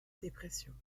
dépression